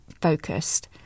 focused